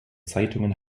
zeitungen